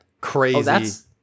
crazy